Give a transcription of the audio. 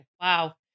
Wow